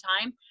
time